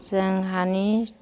जोंहानि